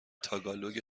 تاگالوگ